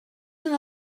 una